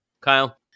Kyle